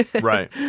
Right